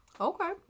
Okay